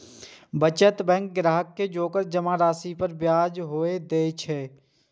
बचत बैंक ग्राहक कें ओकर जमा राशि पर ब्याज सेहो दए छै